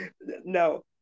No